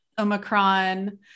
Omicron